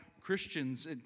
Christians